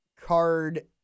card